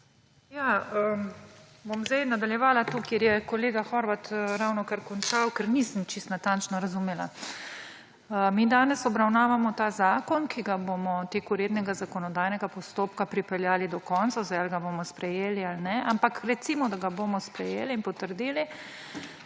Ja, bom zdaj nadaljevala tukaj, kjer je kolega Horvat ravnokar končal, ker nisem čisto natančno razumela. Mi danes obravnavamo ta zakon, ki ga bomo v teku rednega zakonodajnega postopka pripeljali do konca. Ali ga bomo sprejeli ali ne, ampak recimo, da ga bomo sprejeli in potrdili,